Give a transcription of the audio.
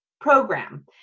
program